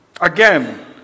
Again